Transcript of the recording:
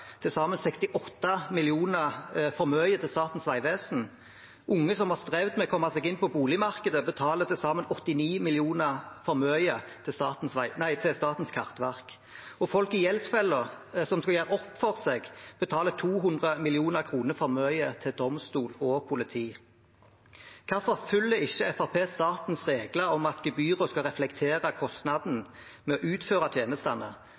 til førerkort, betaler til sammen 68 mill. kr for mye til Statens vegvesen, unge som har strevd med å komme seg inn på boligmarkedet, betaler til sammen 89 mill. kr for mye til Statens kartverk, og folk i gjeldsfeller som skal gjøre opp for seg, betaler 200 mill. kr for mye til domstol og politi. Hvorfor følger ikke Fremskrittspartiet statens regler om at gebyrer skal reflektere kostnaden ved å utføre tjenestene?